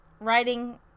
writing